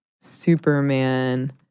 Superman